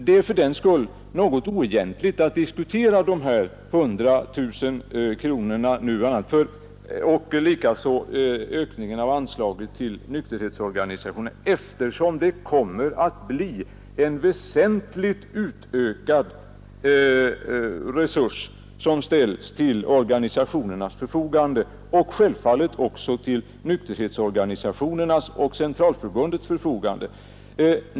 Det är fördenskull något oegentligt att nu diskutera dessa 100 000 kronor och ökningen av anslaget till nykterhetsorganisationerna, eftersom väsentligt ökade resurser kommer att ställas till organisationernas förfogande — självfallet gäller detta även Centralförbundet och nykterhetsorganisationerna.